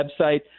website